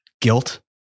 Guilt